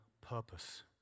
purpose